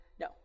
no